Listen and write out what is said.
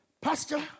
pastor